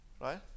Right